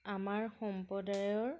আমাৰ সম্প্ৰদায়ৰ